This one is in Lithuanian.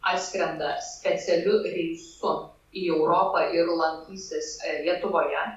atskrenda specialiu reisu į europą ir lankysis lietuvoje